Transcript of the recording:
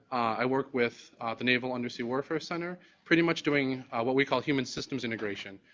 i work with the naval undersea warfare center. pretty much doing what we called human systems integration,